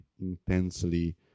intensely